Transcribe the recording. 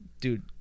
Dude